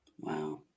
Wow